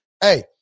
hey